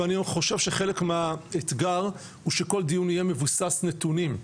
ואני חושב שחלק מהאתגר הוא שכל דיון יהיה מבוסס נתונים,